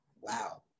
Wow